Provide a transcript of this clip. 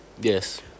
Yes